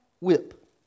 whip